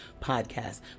podcast